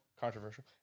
controversial